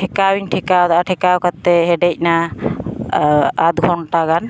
ᱴᱷᱮᱠᱟᱣ ᱤᱧ ᱴᱷᱮᱠᱟᱣ ᱟᱫᱟ ᱴᱷᱮᱠᱟᱣ ᱠᱟᱛᱮᱫ ᱦᱮᱰᱮᱡ ᱱᱟ ᱟᱫᱷ ᱜᱷᱚᱱᱴᱟ ᱜᱟᱱ